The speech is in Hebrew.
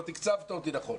לא תקצבת אותי נכון.